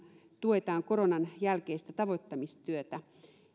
tuetaan koronan jälkeistä tavoittamistyötä